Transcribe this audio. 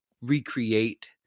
recreate